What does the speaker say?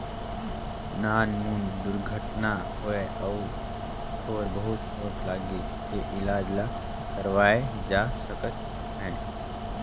नानमुन दुरघटना होए अउ थोर बहुत चोट लागे के इलाज ल करवाए जा सकत हे